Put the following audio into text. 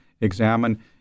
examine